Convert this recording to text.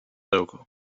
logo